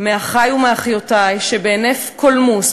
מאחי ומאחיותי שבהינף קולמוס,